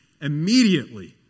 immediately